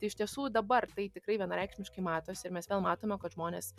tai iš tiesų dabar tai tikrai vienareikšmiškai matosi ir mes vėl matome kad žmonės